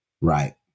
right